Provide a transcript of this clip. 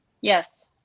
Yes